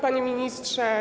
Panie Ministrze!